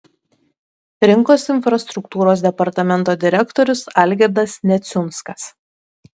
rinkos infrastruktūros departamento direktorius algirdas neciunskas